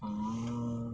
orh